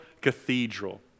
Cathedral